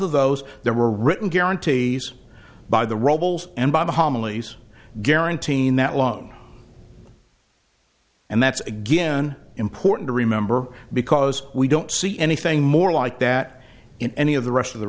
of those there were written guarantee by the rebels and by the homilies guaranteeing that loan and that's again important to remember because we don't see anything more like that in any of the rest of the